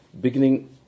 beginning